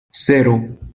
cero